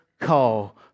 call